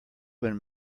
when